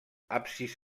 absis